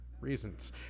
reasons